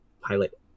pilot